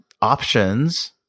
options